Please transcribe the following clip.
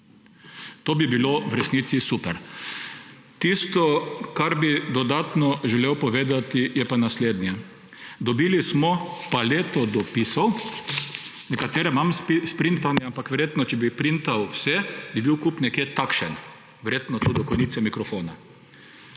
To bi bilo v resnici super. Tisto, kar bi dodatno želel povedati, je pa naslednje. Dobili smo paleto dopisov, nekatere imam sprintane, ampak če bi printal vse, bi verjetno bil kup takšen, verjetno tu do konice mikrofona.